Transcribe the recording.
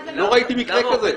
לא ראיתי מקרה כזה.